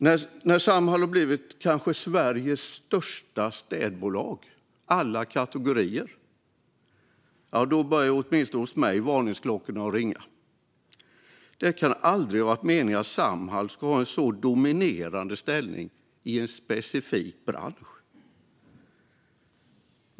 Nu när Samhall blivit Sveriges kanske största städbolag i alla kategorier börjar det åtminstone hos mig ringa varningsklockor. Det kan aldrig ha varit meningen att Samhall ska ha en så dominerande ställning inom en specifik bransch.